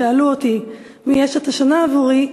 שאלו אותי מי היא אשת השנה עבורי,